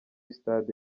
stade